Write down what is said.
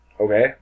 Okay